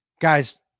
guys